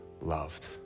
loved